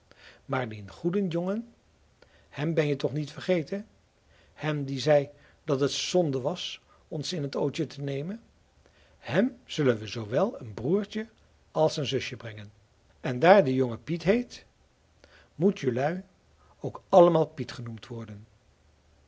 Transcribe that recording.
maar dien goeden jongen hem ben je toch niet vergeten hem die zei dat het zonde was ons in het ootje te nemen hem zullen we zoowel een broertje als een zusje brengen en daar de jongen piet heet moet jelui ook allemaal piet genoemd worden